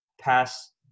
pass